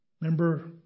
Remember